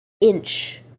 inch